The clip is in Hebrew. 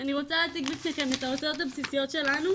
אני רוצה להציג בפניכם את ההוצאות הבסיסיות שלנו